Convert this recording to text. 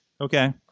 Okay